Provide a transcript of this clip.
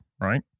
right